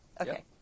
Okay